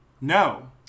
No